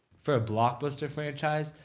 for a blockbuster franchise,